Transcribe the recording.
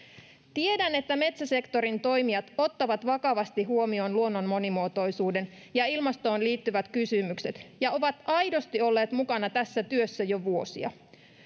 tiedän että metsäsektorin toimijat ottavat vakavasti huomioon luonnon monimuotoisuuden ja ilmastoon liittyvät kysymykset ja ovat aidosti olleet mukana tässä työssä jo vuosia